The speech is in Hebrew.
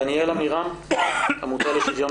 דניאל עמירם מן העמותה לשוויון